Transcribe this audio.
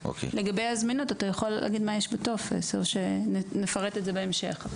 לגבי הזמינות אתה יכול להגיד מה יש בטופס או שנפרט את זה בהמשך.